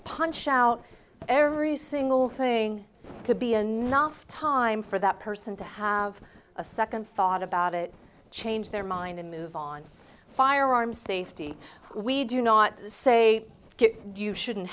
punch out every single thing could be anough time for that person to have a second thought about it change their mind and move on firearm safety we do not say you shouldn't